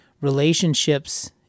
relationships